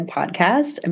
podcast